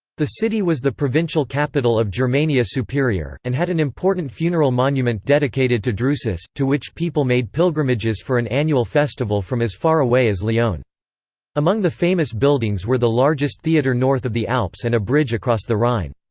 the city was the provincial capital of germania superior, and had an important funeral monument dedicated to drusus, to which people made pilgrimages for an annual festival from as far away as lyon. among the famous buildings were the largest theatre north of the alps and a bridge across the rhine.